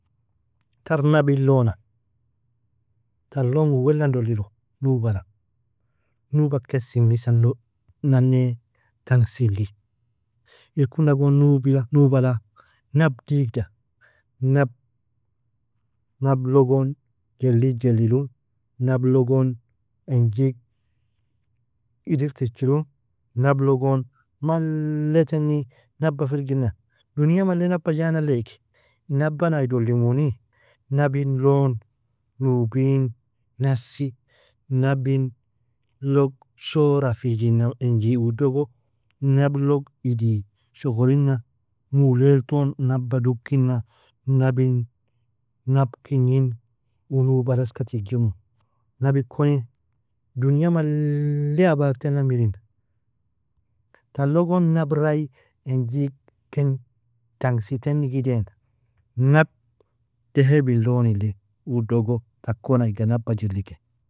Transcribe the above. Tar nabi llona, tar long uu wellan doliru nobala, nobag ken simisan nane tangisili, irkuna gon nubi nubala nab digda, nab logon jellig jelillu, nab logon enjig idirtichiru, nab logon malle teni naba firgina, dunia malle naba janaliaigi, nabba nay dolimuni? Nabin lon, nubin nasi nabilog shora fijinan enji udogo, nablog idii shogholina, mulael ton naba dukinan, nabin, nab kignin uu nubal eska tigjimu, nabikoni, dunia malle abak tana mirina, talogon nabrai enjig ken tangsi tenig idaina, nab dehebin lloni li udogo, takon iga naba jiliken.